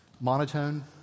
monotone